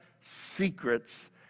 secrets